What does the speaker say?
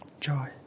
joy